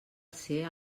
ser